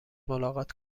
ملاقات